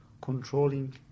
controlling